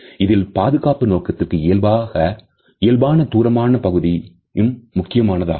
இதில் பாதுகாப்பு நோக்கத்திற்கு இயல்பாக தூரமான பகுதியும் முக்கியமான தாகும்